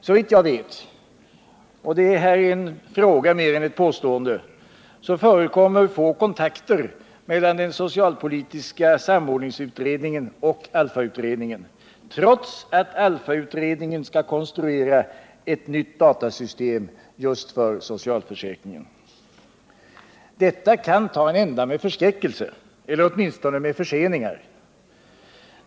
Såvitt jag vet — och detta är en fråga mer än ett påstående — förekommer få kontakter mellan den socialpolitiska samordningsutredningen och ALLFA utredningen, trots att ALLFA-utredningen skall konstruera ett nytt datasystem för socialförsäkringen. Detta kan ta en ände med förskräckelse — eller åtminstone med förseningar.